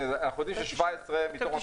אנחנו יודעים ש-17 מתוך -- טוב,